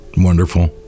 wonderful